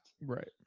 Right